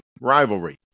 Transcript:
rivalry